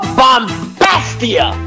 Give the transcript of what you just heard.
bombastia